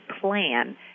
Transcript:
plan